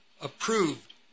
approved